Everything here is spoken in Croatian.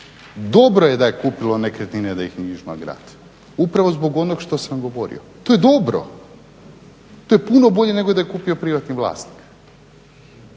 Dobro je da je kupilo nekretnine i da ih nije išlo iz grad upravo zbog onog što sam govorio. To je dobro. To je puno bolje nego da je kupio privatni vlasnik,